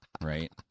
right